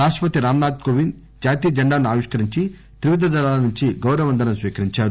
రాష్టపతి రామ్ నాథ్ కోవింద్ జాతీయ జెండాను ఆవిష్కరించి త్రివిధ దళాల నుంచి గౌరవ వందనం స్కీకరించారు